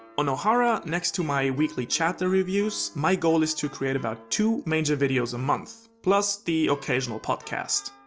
on ohara, next to my weekly chapter reviews, my goal is to create about two major videos a month, plus the occasional podcast.